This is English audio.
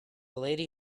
lady